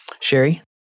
Sherry